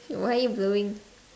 why are you blowing